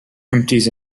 empties